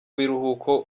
biruhuko